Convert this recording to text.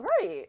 Right